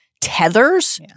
tethers